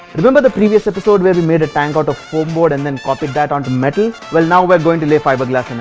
remember the previous episode, where we made a tank or the foam board and then copied that onto metal? well, now we're going to lay fiberglass in it!